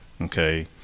okay